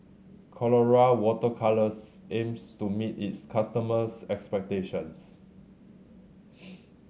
Colora Water Colours aims to meet its customers' expectations